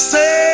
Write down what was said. Say